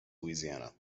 louisiana